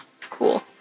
Cool